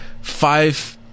Five